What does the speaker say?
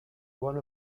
one